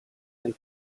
nel